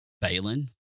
Balin